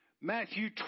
Matthew